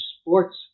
sports